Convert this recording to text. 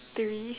three